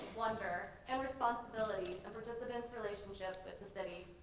wonder, and responsibility and participant's relationship with the city.